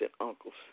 uncles